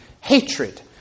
hatred